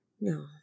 No